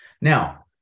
Now